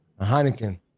Heineken